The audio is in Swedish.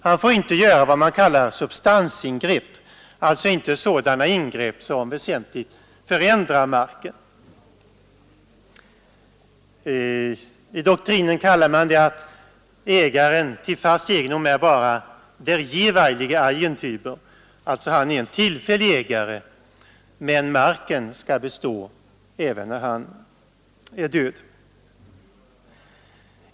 Han får inte göra vad man kallar substansingrepp, alltså inte sådana ingrepp som väsentligt förändrar marken. I doktrinen kallar man ägaren till fast egendom för ”der jeweilige Eigentämer”, dvs. han är bara en tillfällig ägare och marken skall bestå även när han är död.